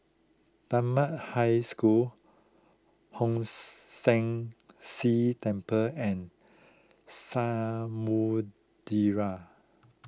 Dunman High School Hong San See Temple and Samudera